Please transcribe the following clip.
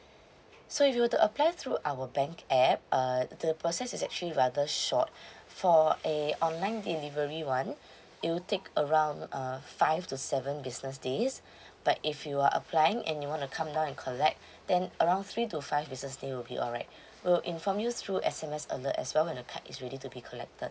so if you were to apply through our bank app uh the process is actually rather short for a online delivery [one] it'll take around uh five to seven business days but if you are applying and you want to come down and collect then around three to five business day will be alright we'll inform you through S_M_S alert as well when the card is ready to be collected